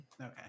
okay